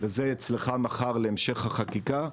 וזה אצלך מחר להמשך החקיקה,